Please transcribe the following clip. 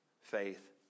faith